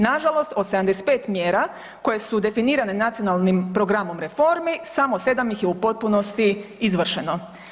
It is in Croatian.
Nažalost, od 75 mjera koje su definirane nacionalnim programom reformi samo 7 ih je u potpunosti izvršeno.